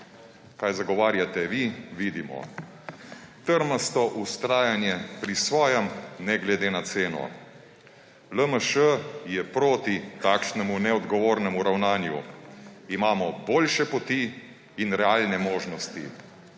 Kaj zagovarjate vi, vidimo. Trmasto vztrajanje pri svojem, ne glede na ceno. LMŠ je proti takšnemu neodgovornemu ravnanju. Imamo boljše poti in realne možnosti,